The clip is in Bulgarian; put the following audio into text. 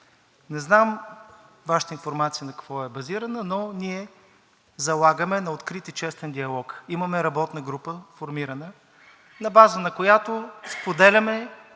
Не знам Вашата информация на какво е базирана, но ние залагаме на открит и честен диалог. Имаме формирана работна група, на база на която споделяме